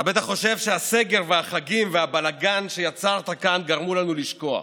אתה בטח חושב שהסגר והחגים והבלגן שיצרת כאן גרמו לנו לשכוח,